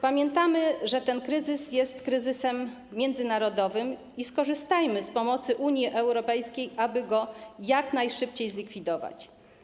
Pamiętajmy, że ten kryzys jest kryzysem międzynarodowym i skorzystajmy z pomocy Unii Europejskiej, aby go jak najszybciej zlikwidować.